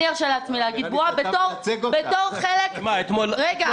אני ארשה לעצמי להגיד בועה בתור חלק --- נראה לי שאתה מייצג אותה.